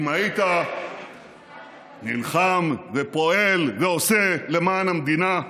אם היית נלחם ופועל ועושה למען המדינה,